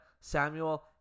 Samuel